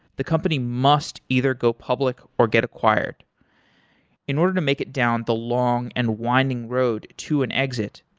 the company must either go public or get acquired in order to make it down, the long and winding road to an exit,